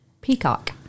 peacock